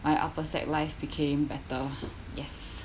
my upper sec life became better yes